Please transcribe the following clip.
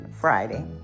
Friday